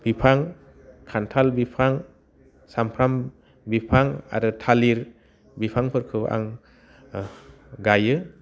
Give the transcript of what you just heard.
बिफां खान्थाल बिफां समफ्राम बिफां आरो थालिर बिफांफोरखौ आं गाइयो